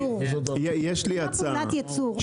יש לי הצעה,